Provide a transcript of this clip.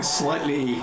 slightly